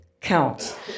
counts